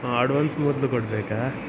advance ಮೊದಲು ಕೊಡಬೇಕಾ